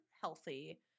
healthy